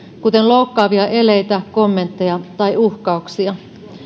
kuten loukkaavia eleitä kommentteja tai uhkauksia